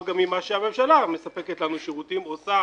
גם ממה שהממשלה מספקת לנו שירותים ועושה